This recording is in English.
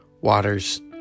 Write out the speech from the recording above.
Waters